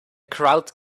crowd